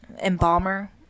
embalmer